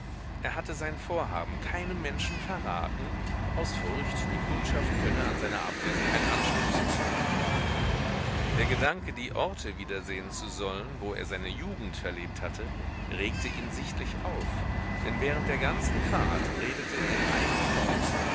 er hatte sein vorhaben keinem menschen verraten aus furcht die kundschaft könne an seiner abwesenheit anstoß nehmen der gedanke die orte wiedersehen zu sollen wo er seine jugend verlebt hatte regte ihn sichtlich auf denn während der ganzen fahrt redete er in einem fort